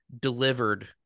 delivered